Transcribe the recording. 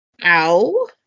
Ow